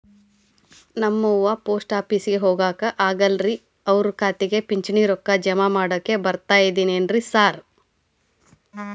ನಮ್ ಅವ್ವ ಪೋಸ್ಟ್ ಆಫೇಸಿಗೆ ಹೋಗಾಕ ಆಗಲ್ರಿ ಅವ್ರ್ ಖಾತೆಗೆ ಪಿಂಚಣಿ ರೊಕ್ಕ ಜಮಾ ಮಾಡಾಕ ಬರ್ತಾದೇನ್ರಿ ಸಾರ್?